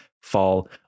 Fall